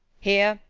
here,